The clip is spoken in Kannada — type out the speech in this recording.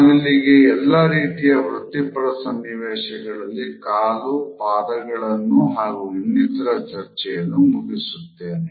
ನಾನು ಇಲ್ಲಿಗೆ ಎಲ್ಲ ರೀತಿಯ ವೃತ್ತಿಪರ ಸನ್ನಿವೇಶಗಳಲ್ಲಿ ಕಾಲು ಪಾದಗಳು ಹಾಗು ಇನ್ನಿತರ ಚರ್ಚೆಯನ್ನು ಮುಗಿಸುತ್ತೇನೆ